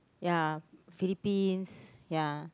ya Philippines ya